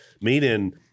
Meaning